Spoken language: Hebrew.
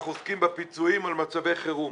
אנחנו עוסקים בפיצויים על מצבעי חירום